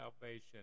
salvation